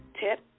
tip